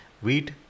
Wheat